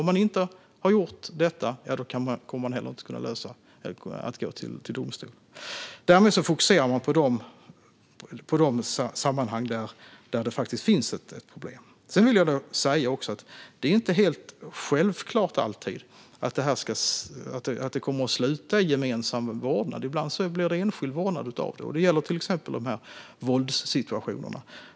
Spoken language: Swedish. Om man inte har gjort detta kommer man inte heller att kunna gå till domstol. Därmed fokuserar vi på de sammanhang där det faktiskt finns ett problem. Sedan vill jag säga att det inte alltid är helt självklart att det kommer att sluta i gemensam vårdnad. Ibland blir det enskild vårdnad. Det gäller till exempel våldssituationerna.